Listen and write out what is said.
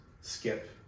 skip